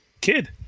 kid